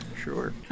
Sure